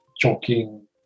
choking